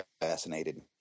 fascinated